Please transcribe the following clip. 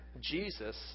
Jesus